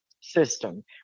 system